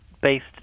based